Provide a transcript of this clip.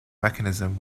mechanism